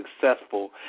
successful